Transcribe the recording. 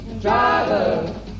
driver